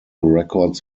records